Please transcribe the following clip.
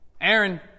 Aaron